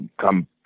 come